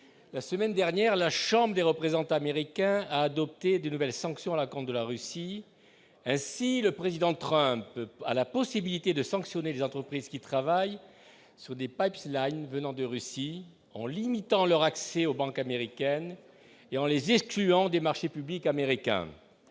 la semaine dernière, la Chambre des représentants américains a adopté de nouvelles sanctions, la grande, de la Russie, si le président Trump a la possibilité de sanctionner les entreprises qui travaillent sur des pipelines venant de Russie en limitant leur accès aux banques américaines et en les excluant des marchés publics américains,